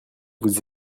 vous